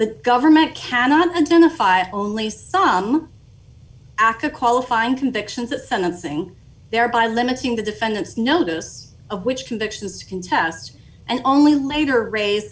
the government cannot identify only some acca qualifying convictions that sentencing thereby limiting the defendant's notice of which convictions contests and only later raise